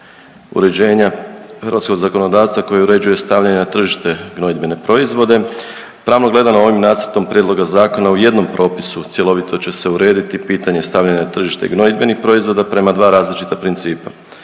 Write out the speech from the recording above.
uređenja hrvatskog zakonodavstva koje uređuje stavljanje na tržište gnojidbene proizvode. Pravno gledano, ovim nacrtom Prijedloga zakona u jednom propisu cjelovito će se urediti pitanje stavljanja na tržište gnojidbenih proizvoda prema dva različita principa,